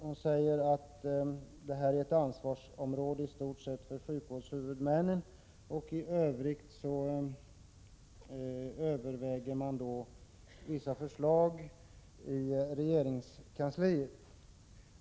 Hon säger att det i stort sett handlar om ett ansvarsområde för sjukvårdshuvudmännen och att man i övrigt överväger vissa förslag inom regeringskansliet.